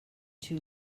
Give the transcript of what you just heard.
too